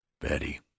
Betty